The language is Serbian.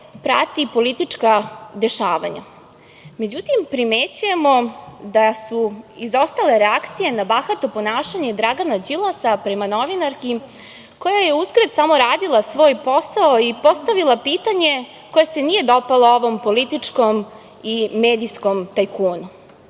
prati politička dešavanja. Međutim, primećujemo da su izostale reakcije na bahato ponašanje Dragana Đilasa prema novinarki koja je, uzgred, samo radila svoj posao i postavila pitanje koje se nije dopalo ovom političkom i medijskom tajkunu.